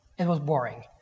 it was boring,